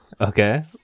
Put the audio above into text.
Okay